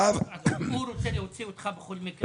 עופר, הוא רוצה להוציא אותך בכל מקרה.